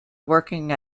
working